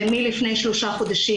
ומלפני שלושה חודשים,